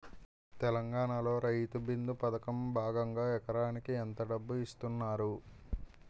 తెలంగాణలో రైతుబంధు పథకం భాగంగా ఎకరానికి ఎంత డబ్బు ఇస్తున్నారు?